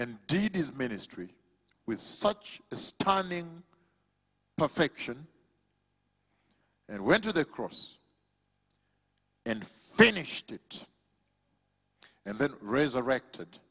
and did his ministry with such a stunning perfection and went to the cross and finished it and then resurrected